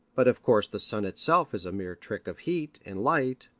but of course the sun itself is a mere trick of heat and light,